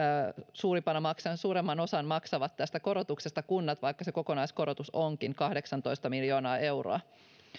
suurimman osan korotuksesta maksavat kunnat vaikka se kokonaiskorotus onkin kahdeksantoista miljoonaa euroa